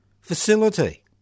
facility